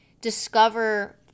discover